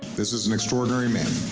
this is an extraordinary man.